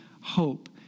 hope